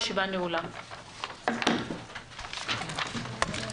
הישיבה ננעלה בשעה 11:03.